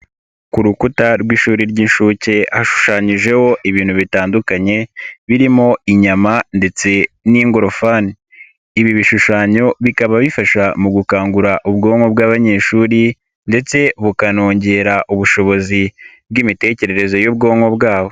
Ku rukuta rw'ishuri ry'inshuke hashushanyijeho ibintu bitandukanye birimo inyama ndetse n'ingorofani ibi bishushanyo bikaba bifasha mu gukangura ubwonko bw'abanyeshuri ndetse bukanongera ubushobozi bw'imitekerereze y'ubwonko bwabo.